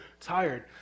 tired